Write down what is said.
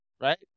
Right